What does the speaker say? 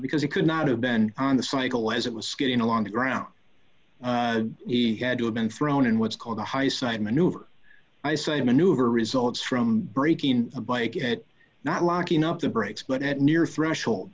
because it could not have been on the cycle as it was skipping along the ground he had to have been thrown in what's called a high side maneuver i say a maneuver results from breaking a bike and not locking up the brakes but at near threshold